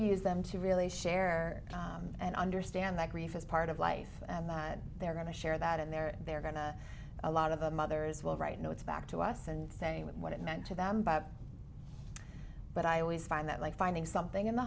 use them to really share and understand that grief is part of life and that they are going to share that in their they're going to a lot of the mother as well right now it's back to us and saying what it meant to them bob but i always find that like finding something in the